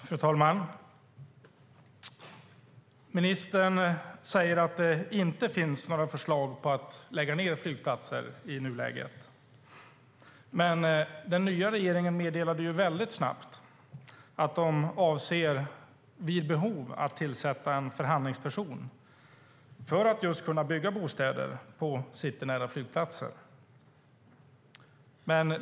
Fru talman! Ministern säger att det i nuläget inte finns några förslag på att lägga ned flygplatser. Men den nya regeringen meddelade mycket snabbt att man avser att vid behov tillsätta en förhandlingsperson just för att kunna bygga bostäder på citynära flygplatser.